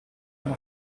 non